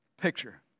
picture